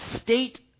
state